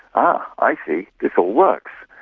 ah i see, this all works,